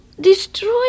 destroy